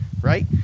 right